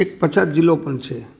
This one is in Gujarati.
એક પછાત જિલ્લો પણ છે